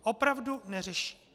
Opravdu neřeší.